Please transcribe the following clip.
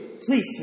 Please